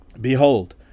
Behold